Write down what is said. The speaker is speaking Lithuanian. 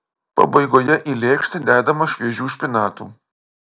pabaigoje į lėkštę dedama šviežių špinatų